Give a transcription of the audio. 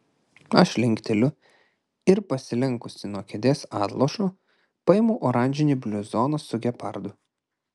aš linkteliu ir pasilenkusi nuo kėdės atlošo paimu oranžinį bluzoną su gepardu